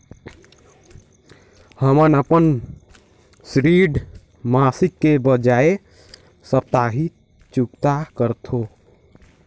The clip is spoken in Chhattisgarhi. हमन अपन ऋण मासिक के बजाय साप्ताहिक चुकता करथों